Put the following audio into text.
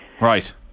Right